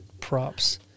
props